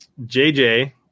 JJ